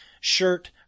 shirt